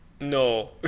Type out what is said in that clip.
no